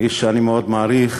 איש שאני מאוד מעריך,